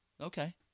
Okay